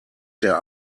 der